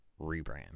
rebrand